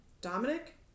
Dominic